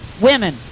women